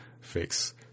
fix